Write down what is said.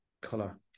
color